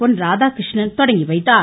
பொன் ராதாகிருஷ்ணன் தொடங்கி வைத்தார்